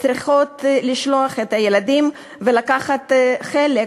צריכות לשלוח את הילדים לקחת חלק,